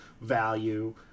value